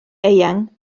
eang